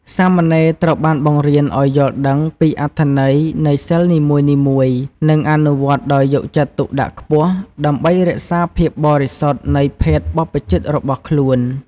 សាមណេរត្រូវបានបង្រៀនឱ្យយល់ដឹងពីអត្ថន័យនៃសីលនីមួយៗ និងអនុវត្តដោយយកចិត្តទុកដាក់ខ្ពស់ ដើម្បីរក្សាភាពបរិសុទ្ធនៃភេទបព្វជិតរបស់ខ្លួន។